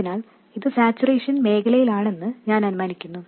അതിനാൽ ഇത് സാച്ചുറേഷൻ മേഖലയിലാണെന്ന് ഞാൻ അനുമാനിക്കുന്നു